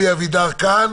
אלי אבידר כאן,